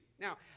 Now